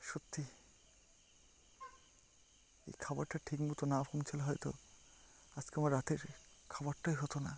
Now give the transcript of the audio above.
সত্যি এই খাবারটা ঠিক মতো না পৌঁছালে হয়তো আজকে আমার রাতের খাবারটাই হতো না